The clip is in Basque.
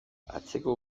atzeko